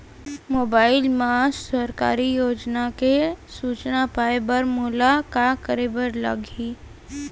mobile मा सरकारी योजना के सूचना पाए बर मोला का करे बर लागही